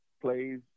plays